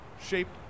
shaped